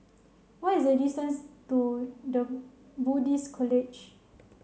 what is the distance to the Buddhist College